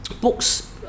books